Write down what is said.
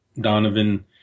Donovan